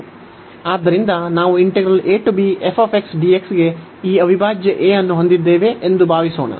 ಆದ್ದರಿಂದ ನಾವು ಗೆ ಈ ಅವಿಭಾಜ್ಯ a ಅನ್ನು ಹೊಂದಿದ್ದೇವೆ ಎಂದು ಭಾವಿಸೋಣ